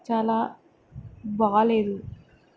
చాలా బాలేదు